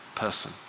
person